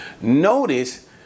Notice